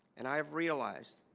and i have realized